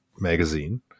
magazine